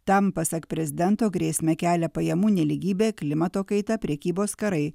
tam pasak prezidento grėsmę kelia pajamų nelygybė klimato kaita prekybos karai